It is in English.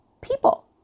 people